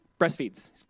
breastfeeds